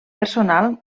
personal